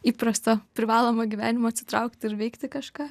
įprasto privalomo gyvenimo atsitraukti ir veikti kažką